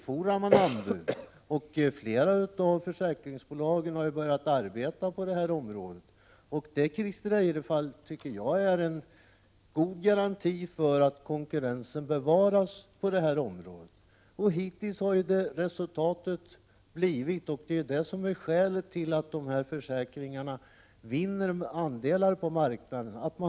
Flera av försäkringsbolagen har börjat arbeta på detta område, och det är en god garanti för att konkurrensen bevaras, Christer Eirefelt. Hittills har resultatet blivit allt lägre premier — och det är skälet till att dessa försäkringar vinner andelar på marknaden.